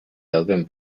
dauden